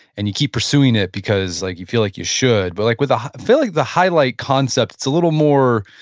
and you keep pursuing it because like you feel like you should. but like i ah feel like the highlight concept, it's a little more,